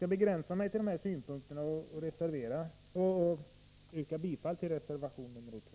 Jag begränsar mig till dessa synpunkter och yrkar bifall till reservation nr 2.